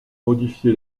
modifié